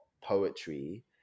poetry